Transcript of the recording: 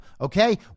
Okay